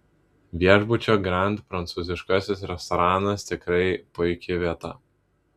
viešbučio grand prancūziškasis restoranas tikrai puiki vieta